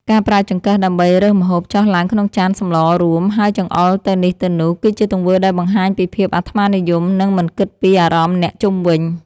ការប្រើចង្កឹះដើម្បីរើសម្ហូបចុះឡើងក្នុងចានសម្លរួមហើយចង្អុលទៅនេះទៅនោះគឺជាទង្វើដែលបង្ហាញពីភាពអាត្មានិយមនិងមិនគិតពីអារម្មណ៍អ្នកជុំវិញ។